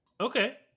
okay